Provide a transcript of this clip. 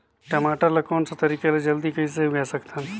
टमाटर ला कोन सा तरीका ले जल्दी कइसे उगाय सकथन?